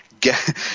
Get